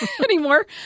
anymore